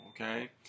okay